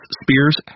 spears